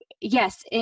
yes